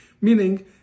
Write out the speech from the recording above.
Meaning